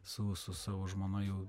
su su savo žmona jau